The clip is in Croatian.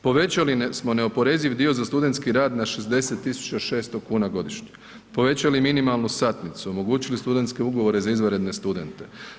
Povećali smo neoporeziv dio za studentski rad na 60 tisuća 600 kuna godišnje, povećali minimalnu satnicu, omogućili studenske ugovore za izvanredne studente.